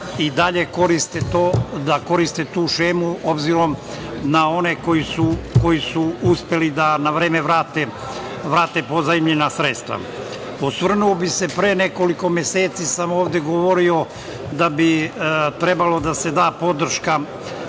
i dalje koriste tu šemu, obzirom na one koji su uspeli da na vreme vrate pozajmljena sredstva. Osvrnuo bih se, pre nekoliko meseci sam ovde govorio da bi trebalo da se da podrška